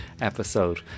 episode